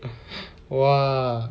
!wah!